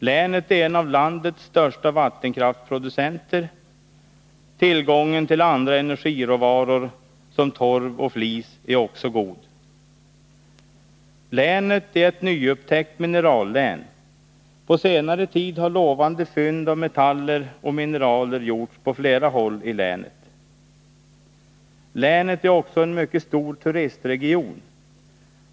Länet är en av landets största vattenkraftsproducenter. Tillgången till andra energiråvaror, såsom torv och flis, är också god. Länet är ett nyupptäckt minerallän. På senare tid har lovande fynd av metaller och mineraler gjorts på flera håll i länet. Länet är en mycket stor turistregion.